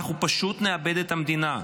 אנחנו פשוט נאבד את המדינה.